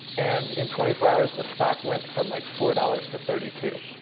and in twenty four hours, the stock went from like four dollars to thirty two.